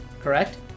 correct